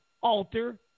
alter